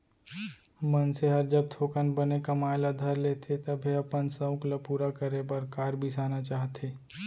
मनसे हर जब थोकन बने कमाए ल धर लेथे तभे अपन सउख ल पूरा करे बर कार बिसाना चाहथे